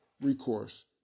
recourse